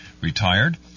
retired